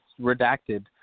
Redacted